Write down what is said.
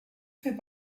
fait